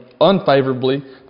unfavorably